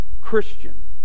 Christian